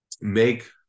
make